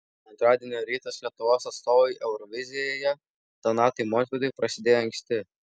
antradienio rytas lietuvos atstovui eurovizijoje donatui montvydui prasidėjo anksti